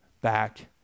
back